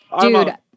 dude